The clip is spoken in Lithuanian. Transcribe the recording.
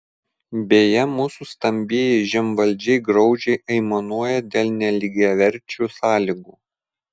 beje mūsų stambieji žemvaldžiai graudžiai aimanuoja dėl nelygiaverčių sąlygų